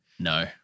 No